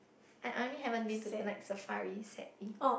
I I only haven't been to the Night-Safari sadly